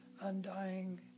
undying